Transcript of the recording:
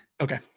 Okay